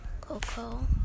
Coco